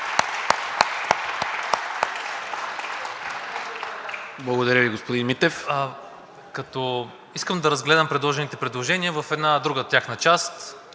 Благодаря Ви, господин Митев. ИСКРЕН МИТЕВ: Искам да разгледам предложените предложения в една друга тяхна част.